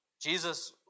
Jesus